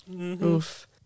Oof